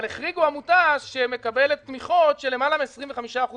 אבל החריגו עמותה שמקבלת תמיכות של למעל מ-25% מתקציבה.